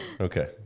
Okay